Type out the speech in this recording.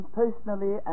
personally